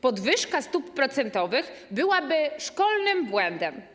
Podwyżka stóp procentowych byłaby szkolnym błędem.